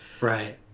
Right